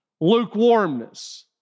lukewarmness